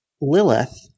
Lilith